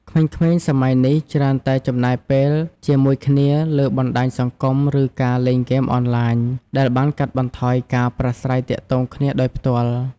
ក្មេងៗសម័យនេះច្រើនតែចំណាយពេលជាមួយគ្នាលើបណ្តាញសង្គមឬការលេងហ្គេមអនឡាញ ដែលបានកាត់បន្ថយការប្រាស្រ័យទាក់ទងគ្នាដោយផ្ទាល់។